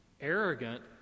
arrogant